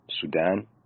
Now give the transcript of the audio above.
Sudan